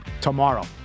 tomorrow